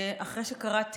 תוכלו אחר כך לעלות ולהתייחס.